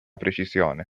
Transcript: precisione